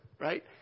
right